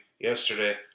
yesterday